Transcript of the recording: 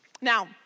Now